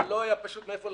אבל לא היה מאיפה להביא.